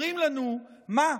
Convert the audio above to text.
אומרים לנו: מה,